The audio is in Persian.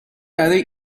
برای